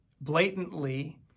blatantly